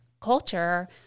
culture